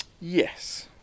Yes